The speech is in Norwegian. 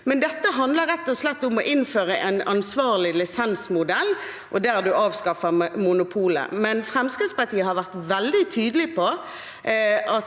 rett og slett om å innføre en ansvarlig lisensmodell, der man avskaffer monopolet. Men Fremskrittspartiet har vært veldig tydelig på at